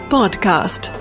Podcast